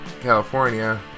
California